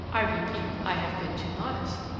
i repeat, i have been too modest.